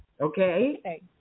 okay